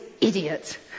idiot